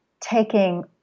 taking